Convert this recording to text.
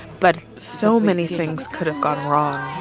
but so many things could've gone wrong